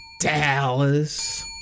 Dallas